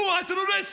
הוא הטרוריסט,